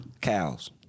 cows